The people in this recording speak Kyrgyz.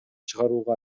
чыгарууга